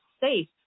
safe